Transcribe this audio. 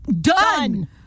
Done